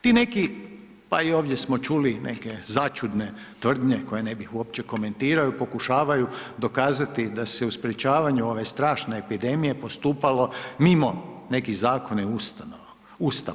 Ti neki, pa i ovdje smo čuli neke začudne tvrdnje, koje ne bih uopće komentirao, pokušavaju dokazati da se u sprječavanju ove strašne epidemije postupalo mimo nekih zakona i ustava.